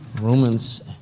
Romans